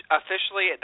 officially